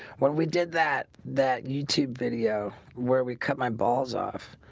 when we did that that youtube video where we cut my balls off?